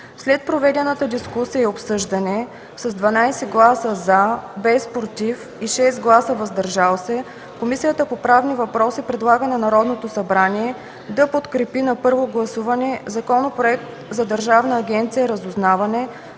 След проведената дискусия и обсъждане, с 12 гласа „за”, без „против” и 6 гласа „въздържали се”, Комисията по правни въпроси предлага на Народното събрание да подкрепи на първо гласуване Законопроект за Държавна агенция „Разузнаване”,